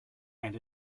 and